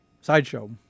Sideshow